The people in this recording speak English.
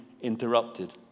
interrupted